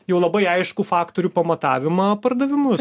jau labai aiškų faktorių pamatavimą pardavimus